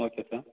okay sir